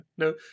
No